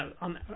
on